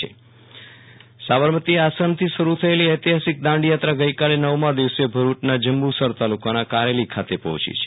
વિરલ રાણા દાંડીયાત્રા સાબરમતી આશ્રમથી શરૂ થયેલી ઐતિહાસિક દાંડીયાત્રા ગઈકાલે નવમાં દિવસે ભરૂચના જબુ સર તાલુ કાના કારોલી ખાતે પહોંચી છે